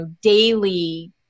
daily